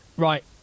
right